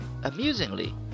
Amusingly